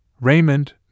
Raymond